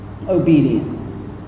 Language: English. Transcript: obedience